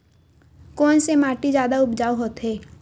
कोन से माटी जादा उपजाऊ होथे?